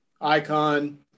icon